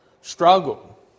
struggle